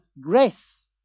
grace